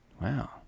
Wow